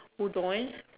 udon